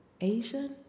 Asian